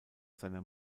seiner